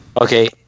Okay